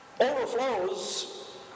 overflows